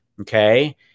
okay